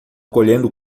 colhendo